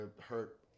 hurt